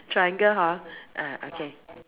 triangle hor ah okay